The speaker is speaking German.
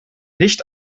nicht